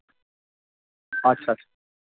اچھا اچھا